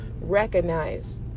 recognize